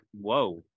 Whoa